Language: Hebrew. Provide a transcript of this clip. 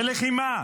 בלחימה,